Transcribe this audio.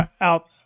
out